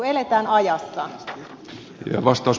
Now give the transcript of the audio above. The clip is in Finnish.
eletään ajassa